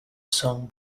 song